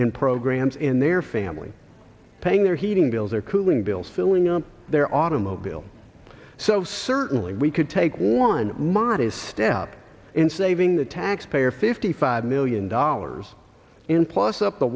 in programs in their family paying their heating bills or cooling bills filling up their automobile so certainly we could take one modest step in saving the taxpayer fifty five million dollars in plus up the